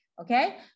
okay